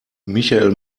michael